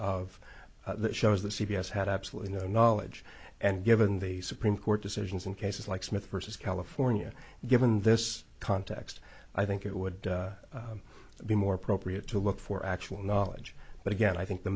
of shows that c b s had absolutely no knowledge and given the supreme court decisions in cases like smith versus california given this context i think it would be more appropriate to look for actual knowledge but again i think the